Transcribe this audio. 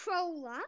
controller